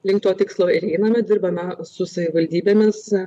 link to tikslo ir einame dirbame su savivaldybėmis